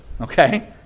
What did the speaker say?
okay